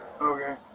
Okay